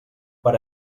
per